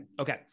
okay